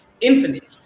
infinite